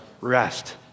Rest